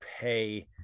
pay